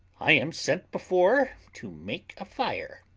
i am sent before to make a fire,